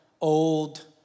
old